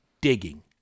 digging